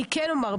אני כן אומר,